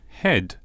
head